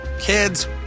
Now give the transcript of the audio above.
Kids